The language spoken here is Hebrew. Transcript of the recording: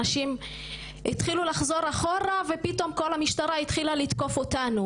אנשים התחילו לחזור אחורה ופתאום כל המשטרה התחילה לתקוף אותנו